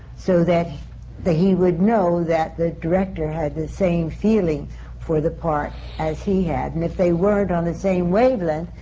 so that he would know that the director had the same feeling for the part as he had, and if they weren't on the same wavelength,